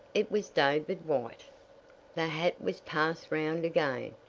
it was david white. the hat was passed round again,